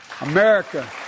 America